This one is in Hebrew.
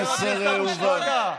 המסר הובן.